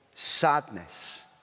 Sadness